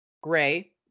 Gray